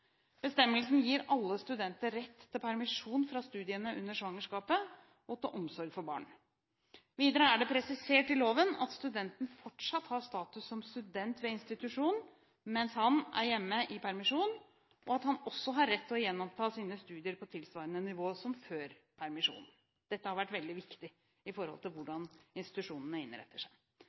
Bestemmelsen gir alle studenter rett til permisjon fra studiene under svangerskapet og til omsorg for barn. Videre er det presisert i loven at studenten fortsatt har status som student ved institusjonen mens han er hjemme i permisjon, og han har også rett til å gjenoppta sine studier på tilsvarende nivå som før permisjonen. Dette har vært veldig viktig når det gjelder hvordan institusjonene innretter seg.